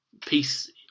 peace